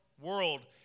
world